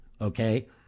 okay